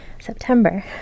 September